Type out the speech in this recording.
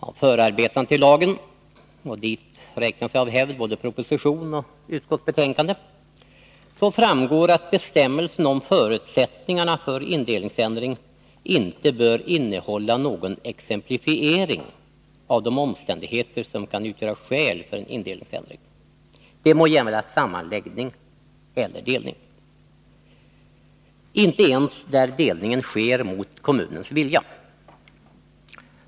Av förarbetena till lagen, och dit räknas av hävd både proposition och utskottsbetänkande, framgår att bestämmelsen om förutsättningarna för indelningsändring inte bör innehålla någon exemplifiering av de omständigheter som kan utgöra skäl för en indelningsändring, det må gälla sammanläggning eller delning — inte ens där delningen sker mot kommunens vilja.